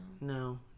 no